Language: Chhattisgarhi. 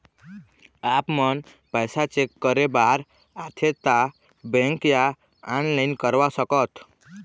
आपमन पैसा चेक करे बार आथे ता बैंक या ऑनलाइन करवा सकत?